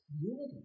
unity